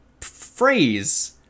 phrase